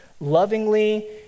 lovingly